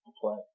play